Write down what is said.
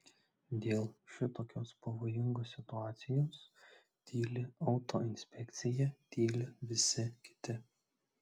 dėl šitokios pavojingos situacijos tyli autoinspekcija tyli visi kiti